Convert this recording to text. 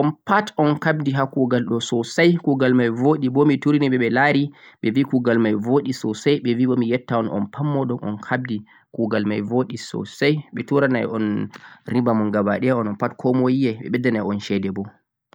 on pat on kabdi ha kuugal ɗo soosay, kuugal may booɗi bo turiniɓe ɓe laari ɓe bi kuugal may boo'ɗi soosay, ɓebi bo mi yetta un on pat mooɗon un haɓdi, kuugal may boo'ɗi soosay ɓe turanay un riba mon 'gabaɗaya' onon pat komay yi ay ɓe ɓeddanay un ceede bo.